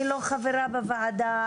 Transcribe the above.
אני לא חברה בוועדה,